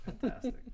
Fantastic